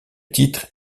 titre